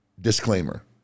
disclaimer